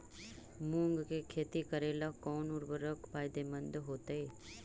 मुंग के खेती करेला कौन उर्वरक फायदेमंद होतइ?